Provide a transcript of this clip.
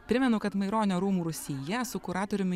primenu kad maironio rūmų rūsyje su kuratoriumi